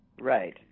Right